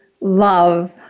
love